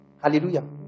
Hallelujah